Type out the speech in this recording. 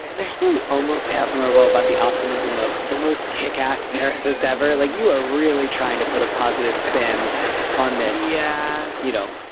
there's something almost admirable about the optimism of the most kickass therapist ever. like you are really trying to put a positive spin on this. yeah you you know,